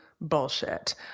bullshit